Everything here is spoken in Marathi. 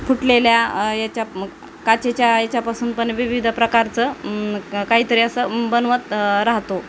फुटलेल्या याच्या काचेच्या याच्यापासून पण विविध प्रकारचं काहीतरी असं बनवत राहतो